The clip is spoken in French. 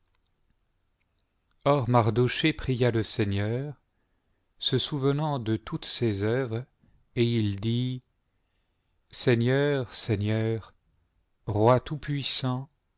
mardochée pria le seigneur se souvenant de toutes ses oeuvres et il dit seigneur seigneur roi